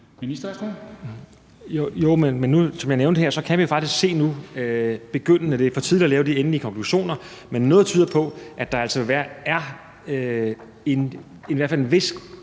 Heunicke): Jo, men som jeg nævnte her, kan vi faktisk se nu – begyndende, det er for tidligt at lave de endelige konklusioner – at noget tyder på, at der altså er i hvert fald en vis